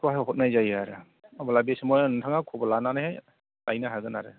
बेखौहाय हरनाय जायो आरो अब्ला बे समावहाय नोंथाङा खबर लानानै लायनो हागोन आरो